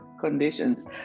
conditions